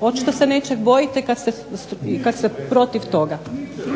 Očito se nečeg bojite kad ste protiv toga.